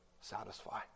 satisfy